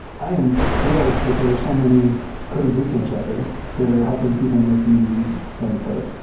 i am thri lled that there are so many coding boot camps out there that are helping people in their communities learn to code.